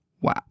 Wow